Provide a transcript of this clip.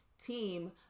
team